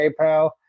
PayPal